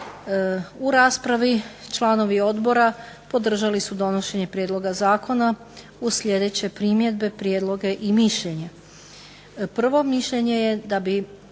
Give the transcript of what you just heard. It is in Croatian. U raspravi članovi odbora podržali su donošenje prijedloga zakona uz sljedeće primjedbe, prijedloge i mišljenje. Prvo mišljenje je da bi